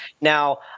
Now